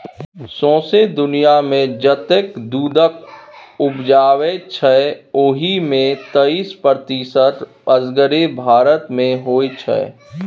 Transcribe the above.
सौंसे दुनियाँमे जतेक दुधक उपजै छै ओहि मे तैइस प्रतिशत असगरे भारत मे होइ छै